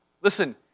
listen